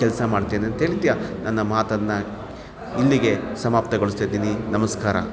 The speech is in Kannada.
ಕೆಲಸ ಮಾಡ್ತೇನಂತ ಹೇಳುತ್ಯಾ ನನ್ನ ಮಾತನ್ನು ಇಲ್ಲಿಗೆ ಸಮಾಪ್ತಗೊಳಿಸ್ತಾ ಇದ್ದೀನಿ ನಮಸ್ಕಾರ